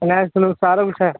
सनै सनु सारा कुछ ऐ